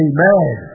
Amen